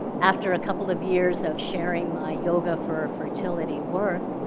after a couple of years of sharing my yoga for fertility work,